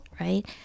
right